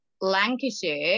Lancashire